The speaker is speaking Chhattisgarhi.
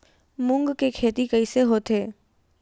मूंग के खेती कइसे होथे?